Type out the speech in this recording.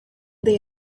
they